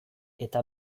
eta